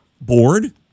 bored